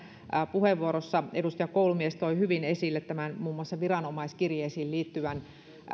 puheenvuorossa edustaja koulumies toi hyvin esille tämän muun muassa viranomaiskirjeisiin liittyvän